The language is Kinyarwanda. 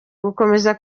gukomeza